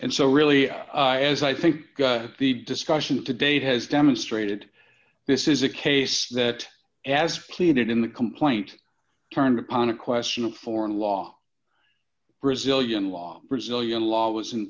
and so really as i think the discussion today has demonstrated this is a case that as planted in the complaint turned upon a question of foreign law brazilian law brazilian law